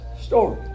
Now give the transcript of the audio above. story